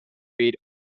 feed